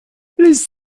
les